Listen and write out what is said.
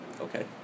Okay